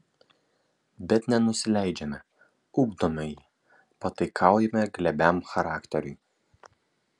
bet nenusileidžiame ugdome jį pataikaujame glebiam charakteriui